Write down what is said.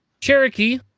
Cherokee